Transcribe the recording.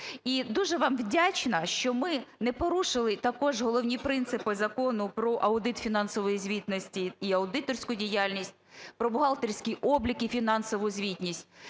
І дуже вам вдячна, що ми не порушили також головні принципи Закону "Про аудит фінансової звітності і аудиторську діяльність", "Про бухгалтерський облік і фінансову звітність".